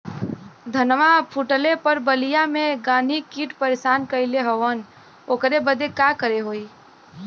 धनवा फूटले पर बलिया में गान्ही कीट परेशान कइले हवन ओकरे बदे का करे होई?